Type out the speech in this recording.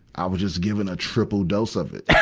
i was just given a triple dose of it.